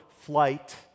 flight